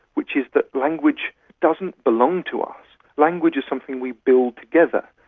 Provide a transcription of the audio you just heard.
which is that language doesn't belong to us, language is something we build together.